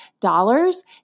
dollars